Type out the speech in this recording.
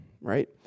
right